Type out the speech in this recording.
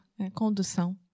condução